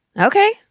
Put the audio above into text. okay